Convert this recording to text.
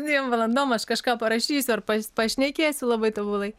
dviem valandom aš kažką parašysiu ar pas pašnekėsiu labai tobulai